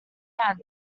ends